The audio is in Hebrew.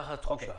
זאת התחושה.